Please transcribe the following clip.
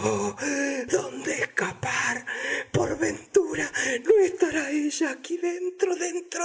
dónde escapar por ventura no estará ella aquí dentro